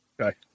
Okay